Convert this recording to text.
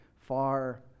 far